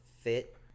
fit